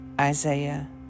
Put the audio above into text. Isaiah